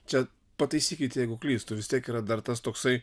čia pataisykit jeigu klystu vis tiek yra dar tas toksai